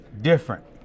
Different